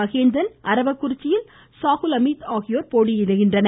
மகேந்திரன் அரவக்குறிச்சியில் சாகுல்ஹமீத் போட்டியிடுகின்றனர்